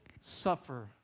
suffer